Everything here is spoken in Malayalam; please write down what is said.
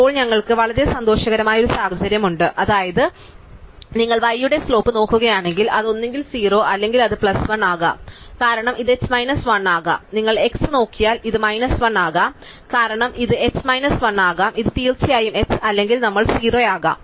ഇപ്പോൾ ഞങ്ങൾക്ക് വളരെ സന്തോഷകരമായ ഒരു സാഹചര്യമുണ്ട് അതായത് നിങ്ങൾ y യുടെ സ്ലോപ്പ് നോക്കുകയാണെങ്കിൽ അത് ഒന്നുകിൽ 0 അല്ലെങ്കിൽ അത് പ്ലസ് 1 ആകാം കാരണം ഇത് h മൈനസ് 1 ആകാം നിങ്ങൾ x നോക്കിയാൽ ഇത് മൈനസ് 1 ആകാം കാരണം ഇത് h മൈനസ് 1 ആകാം ഇത് തീർച്ചയായും h അല്ലെങ്കിൽ നമ്മൾ 0 ആകാം